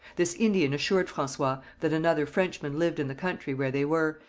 this indian assured francois that another frenchman lived in the country where they were,